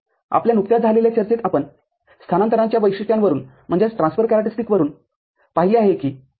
आपल्या नुकत्याच झालेल्या चर्चेत आपण स्थानांतरणाच्या वैशिष्ट्यांवरून पाहिली आहे की भारासह ते २